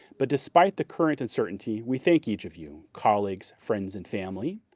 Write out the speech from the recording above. but despite the current uncertainty, we thank each of you, colleagues, friends, and family,